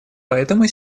поэтому